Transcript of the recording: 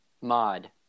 Mod